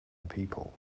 people